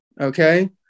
Okay